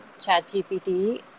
ChatGPT